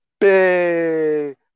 big